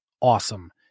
awesome